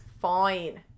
fine